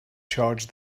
charge